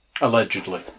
Allegedly